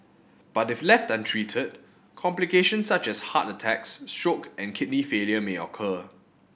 but if left untreated complications such as heart attacks stroke and kidney failure may occur